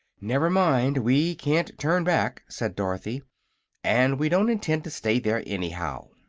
never mind we can't turn back, said dorothy and we don't intend to stay there, anyhow.